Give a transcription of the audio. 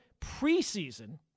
preseason